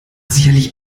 sicherlich